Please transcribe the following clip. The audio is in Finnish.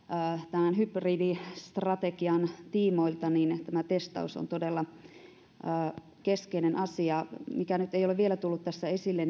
tämän hybridistrategian tiimoilta testaus on todella keskeinen asia kysyisin siitä mikä nyt ei ole vielä tullut tässä esille